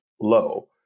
low